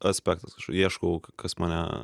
aspektas ieškau kas mane